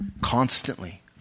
constantly